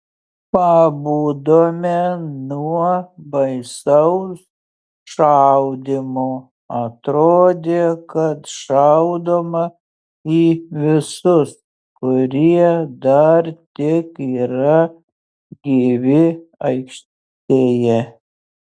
pabudome nuo baisaus šaudymo atrodė kad šaudoma į visus kurie dar tik yra gyvi aikštėje